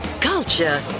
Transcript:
culture